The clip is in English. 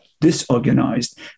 disorganized